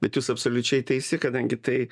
bet jūs absoliučiai teisi kadangi tai